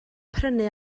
prynu